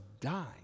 dying